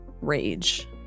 rage